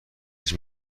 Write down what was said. هیچ